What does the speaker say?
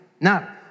Now